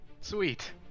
Sweet